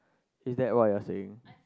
is that what you are saying